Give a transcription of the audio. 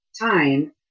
time